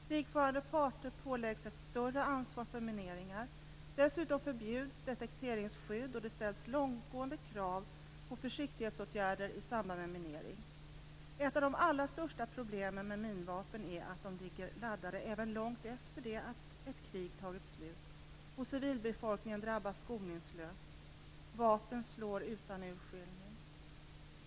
Krigförande parter åläggs ett större ansvar för mineringar. Dessutom förbjuds detekteringsskydd, och det ställs långtgående krav på försiktighetsåtgärder i samband med minering. Ett av de allra största problemen med minvapen är att de ligger laddade även långt efter det att ett krig tagit slut. Civilbefolkningen drabbas skoningslöst. Vapnen slår utan urskiljning.